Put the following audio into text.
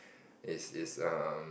is is um